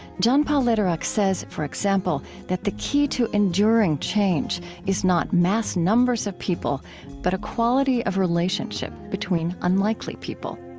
john paul lederach says, for example, that the key to enduring change is not mass numbers of people but a quality of relationship between unlikely people